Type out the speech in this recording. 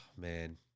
man